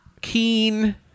Keen